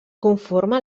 conforma